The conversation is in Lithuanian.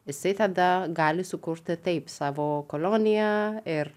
jisai tada gali sukurti taip savo koloniją ir